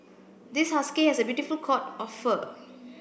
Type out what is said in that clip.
this husky has a beautiful coat of fur